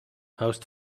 housed